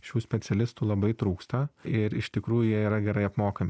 šių specialistų labai trūksta ir iš tikrųjų jie yra gerai apmokami